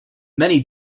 many